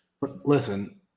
Listen